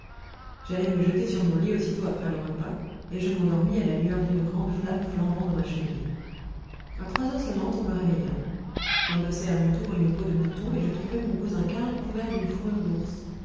j'allai me jeter sur mon lit aussitôt après le repas et je m'endormis à la lueur d'une grande flamme flambant dans ma cheminée a trois heures sonnantes on me réveilla j'endossai à mon tour une peau de mouton et je trouvai mon cousin karl couvert d'une fourrure d'ours